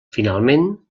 finalment